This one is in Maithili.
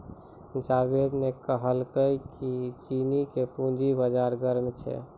जावेद ने कहलकै की चीन के पूंजी बाजार गर्म छै